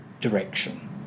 direction